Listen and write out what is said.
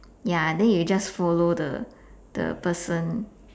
ya then you just follow the the person